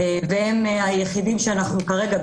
והם היחידים שכרגע,